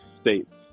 states